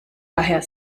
daher